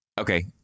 Okay